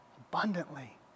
Abundantly